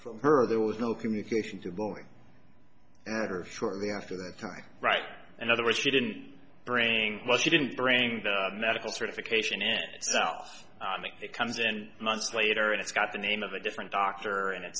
from her there was no communication to boeing shortly after that time right in other words she didn't bring much she didn't bring the medical certification it so it comes and months later and it's got the name of a different doctor and it's